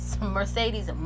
Mercedes